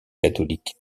catholique